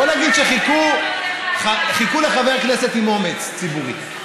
בוא נגיד שחיכו לחבר כנסת עם אומץ ציבורי,